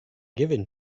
given